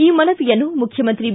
ಈ ಮನವಿಯನ್ನು ಮುಖ್ಯಮಂತ್ರಿ ಬಿ